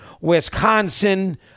wisconsin